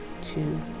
two